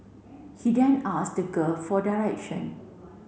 he then asked the girl for direction